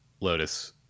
Lotus